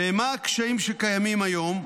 ומה הקשיים שקיימים היום?